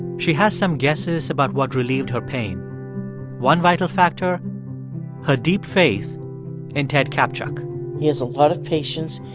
she has some guesses about what relieved her pain one vital factor her deep faith in ted kaptchuk he has a lot of patients.